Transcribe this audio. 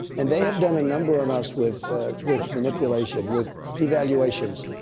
and they have done a number on us with with manipulation, with evaluations.